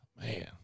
man